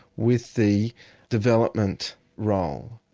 with the development role.